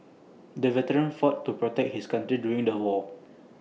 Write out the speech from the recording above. the veteran fought to protect his country during the war